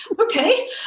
okay